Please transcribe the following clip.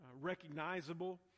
recognizable